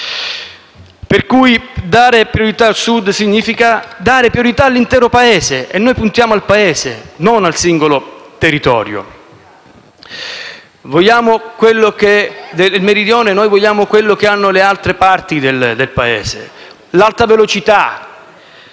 FI-BP)*. Dare priorità al Sud significa dare priorità all'intero Paese, e noi puntiamo al Paese, non al singolo territorio. Nel Meridione noi vogliamo quello che hanno le altre parti del Paese: l'alta velocità,